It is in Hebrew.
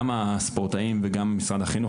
גם הספורטאים וגם משרד החינוך,